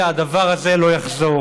כדי שחס וחלילה הדבר הזה לא יחזור.